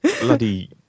bloody